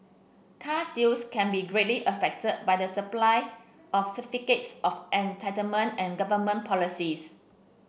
car sales can be greatly affected by the supply of certificates of entitlement and government policies